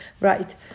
Right